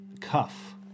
cuff